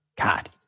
God